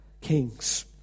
kings